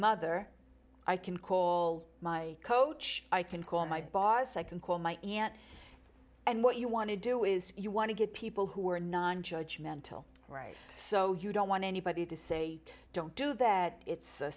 mother i can call my coach i can call my boss i can call my aunt and what you want to do is you want to get people who are nonjudgmental right so you don't want anybody to say don't do that it's a